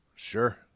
Sure